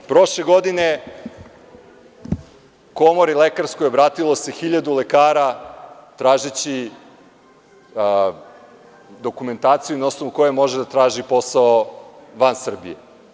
Prošle godine Komori lekarskoj obratilo se 1.000 lekara tražeći dokumentaciju na osnovu koje može da traži posao van Srbije.